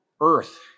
earth